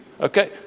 Okay